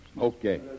Okay